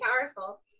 powerful